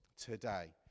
today